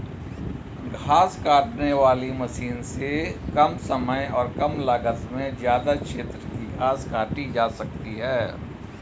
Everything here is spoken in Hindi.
घास काटने वाली मशीन से कम समय और कम लागत में ज्यदा क्षेत्र की घास काटी जा सकती है